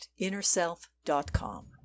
InnerSelf.com